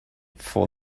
for